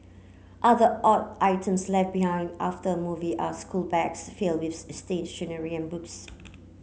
other odd items left behind after a movie are schoolbags filled with stationery and books